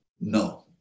No